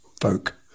folk